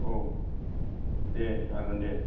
औ दे जागोन दे